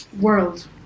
world